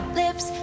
lips